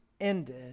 ended